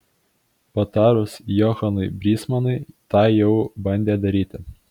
patarus johanui brysmanui tą jau bandė daryti